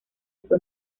fue